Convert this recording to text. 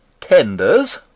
tenders